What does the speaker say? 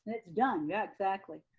done, yeah, exactly.